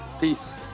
Peace